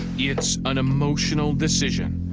it's an emotional decision.